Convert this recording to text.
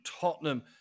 Tottenham